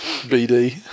BD